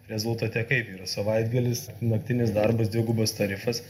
rezultate kaip yra savaitgalis naktinis darbas dvigubas tarifas